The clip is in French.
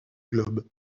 globe